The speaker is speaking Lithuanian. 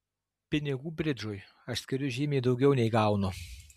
pinigų bridžui aš skiriu žymiai daugiau nei gaunu